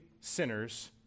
sinners